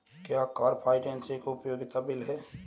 क्या car finance एक उपयोगिता बिल है?